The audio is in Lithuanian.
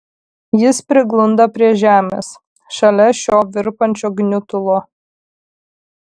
jis priglunda prie žemės šalia šio virpančio gniutulo